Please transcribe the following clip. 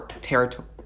Territory